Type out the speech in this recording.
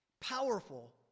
powerful